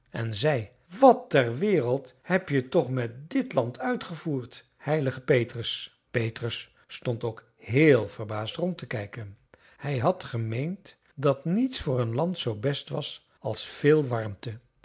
en zei wat ter wereld heb je toch met dit land uitgevoerd heilige petrus petrus stond ook heel verbaasd rond te kijken hij had gemeend dat niets voor een land zoo best was als veel warmte